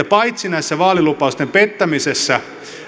paitsi että vaalilupausten pettämisessä